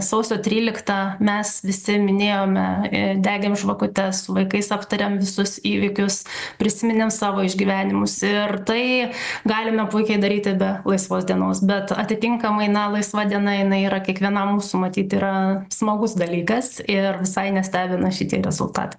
sausio tryliktą mes visi minėjome degėm žvakutes su vaikais aptarėm visus įvykius prisiminėm savo išgyvenimus ir tai galime puikiai daryti be laisvos dienos bet atitinkamai na laisva diena jinai yra kiekvienam mūsų matyt yra smagus dalykas ir visai nestebina šitie rezultatai